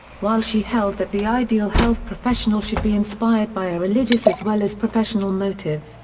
while she held that the ideal health professional should be inspired by a religious as well as professional motive,